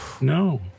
No